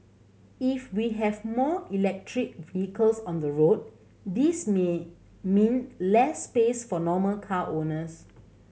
if we have more electric vehicles on the road this may mean less space for normal car owners